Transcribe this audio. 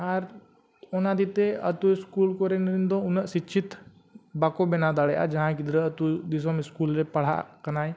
ᱟᱨ ᱚᱱᱟ ᱠᱷᱟᱹᱛᱤᱨᱛᱮ ᱟᱹᱛᱩ ᱠᱚᱨᱮᱱ ᱫᱚ ᱩᱱᱟᱹᱜ ᱥᱤᱪᱪᱷᱤᱛ ᱵᱟᱠᱚ ᱵᱮᱱᱟᱣ ᱫᱟᱲᱮᱭᱟᱜᱼᱟ ᱡᱟᱦᱟᱸᱭ ᱜᱤᱫᱽᱨᱟᱹ ᱟᱹᱛᱩ ᱫᱤᱥᱚᱢ ᱨᱮ ᱯᱟᱲᱦᱟᱜ ᱠᱟᱱᱟᱭ